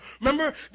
Remember